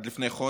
עד לפני חודש,